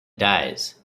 dies